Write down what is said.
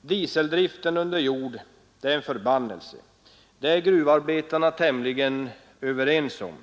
Dieseldriften under jord är en förbannelse. Det är gruvarbetarna tämligen överens om.